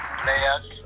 players